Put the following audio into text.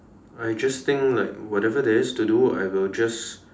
I just think like whatever there is to do I will just